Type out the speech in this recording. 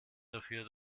dafür